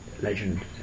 legend